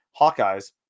Hawkeyes